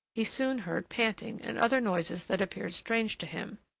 he soon heard panting and other noises that appeared strange to him,